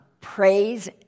praise